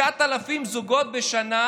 9,000 זוגות בשנה,